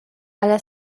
alla